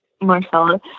Marcella